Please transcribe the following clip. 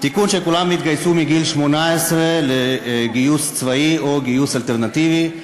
תיקון שכולם יתגייסו בגיל 18 לשירות צבאי או שירות אלטרנטיבי.